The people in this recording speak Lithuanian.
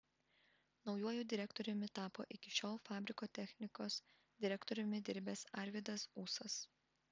naujuoju direktoriumi tapo iki šiol fabriko technikos direktoriumi dirbęs arvydas ūsas